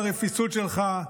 ברפיסות שלך,